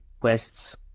quests